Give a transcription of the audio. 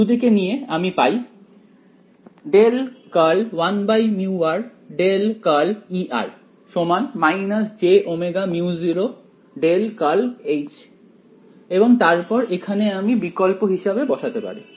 দুদিকে নিয়ে আমি পাই 1μr μ0 এবং তারপর এখানে আমি বিকল্প হিসাবে বসাতে পারি